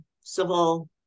civil